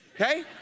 Okay